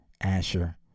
Asher